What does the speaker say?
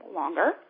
longer